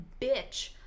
bitch